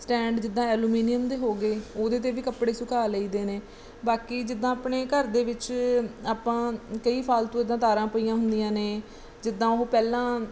stand ਜਿੱਦਾਂ aluminium ਦੇ ਹੋ ਗਏ ਉਹਦੇ 'ਤੇ ਵੀ ਕੱਪੜੇ ਸੁਕਾ ਲਈ ਦੇ ਨੇ ਬਾਕੀ ਜਿੱਦਾਂ ਆਪਣੇ ਘਰ ਦੇ ਵਿੱਚ ਆਪਾਂ ਕਈ ਫਾਲਤੂ ਇੱਦਾਂ ਤਾਰਾਂ ਪਈਆਂ ਹੁੰਦੀਆਂ ਨੇ ਜਿੱਦਾਂ ਉਹ ਪਹਿਲਾਂ